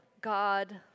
God